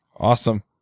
Awesome